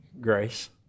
Grace